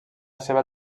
seva